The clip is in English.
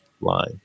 line